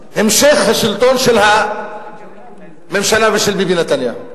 המשך השלטון של הממשלה ושל ביבי נתניהו.